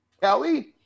Kelly